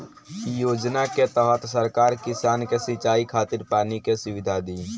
इ योजना के तहत सरकार किसान के सिंचाई खातिर पानी के सुविधा दी